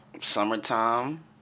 summertime